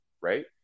right